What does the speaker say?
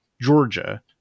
Georgia